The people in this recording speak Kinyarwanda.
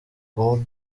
bull